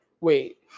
wait